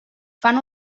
fan